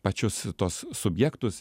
pačius tuos subjektus